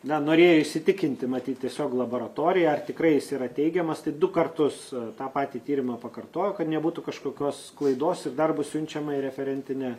na norėjo įsitikinti matyt tiesiog laboratorija ar tikrai jis yra teigiamas tai du kartus tą patį tyrimą pakartojo kad nebūtų kažkokios klaidos ir darbus siunčiama į referentinę